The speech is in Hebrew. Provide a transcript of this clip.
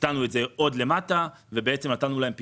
הקטנו את זה עוד למטה ונתנו להם פתרון,